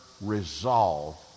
resolve